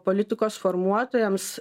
politikos formuotojams